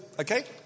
okay